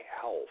health